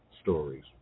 stories